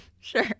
Sure